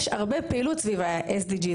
יש הרבה פעילות סביב ה-SDG,